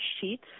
sheets